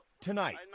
Tonight